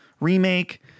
remake